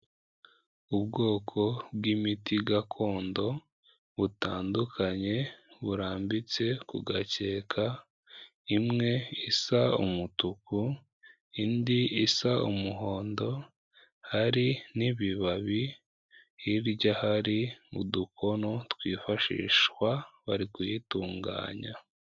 Ubwoko bw'imiti gakondo butandukanye burambitse ku gakeka, imwe isa umutuku, indi isa umuhondo hari n'ibibabi, hirya hari udukono twifashishwa bari kuyitunganya.